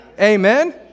Amen